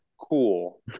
cool